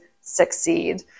succeed